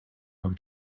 going